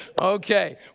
Okay